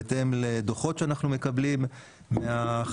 בהתאם לדו"חות שאנחנו מקבלים מהחברות,